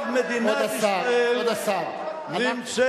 ועכשיו מדינת ישראל נמצאת,